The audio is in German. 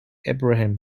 abraham